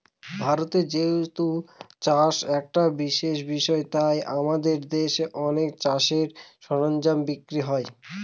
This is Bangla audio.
ভারতে যেহেতু চাষ একটা বিশেষ বিষয় তাই আমাদের দেশে অনেক চাষের সরঞ্জাম বিক্রি হয়